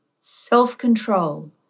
self-control